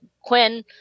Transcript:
Quinn